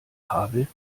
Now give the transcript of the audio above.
havel